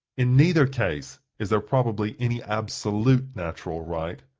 in neither case is there probably any absolute natural right,